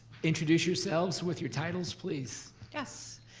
introduce yourselves with your titles, please. yes.